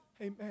Amen